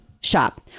shop